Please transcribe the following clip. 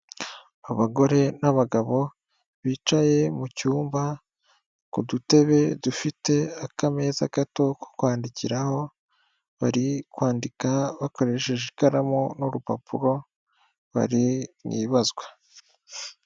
Abagore n'abagabo bicaye mu cyumba ku dutebe dufite akameza gato ko kwandikiraho bari kwandika bakoresheje ikaramu n'urupapuro bari mu ibazwa.